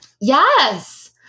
Yes